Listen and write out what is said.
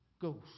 Ghost